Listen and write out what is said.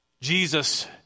Jesus